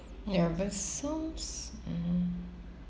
ya but some s~ mm